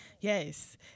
Yes